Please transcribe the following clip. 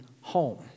home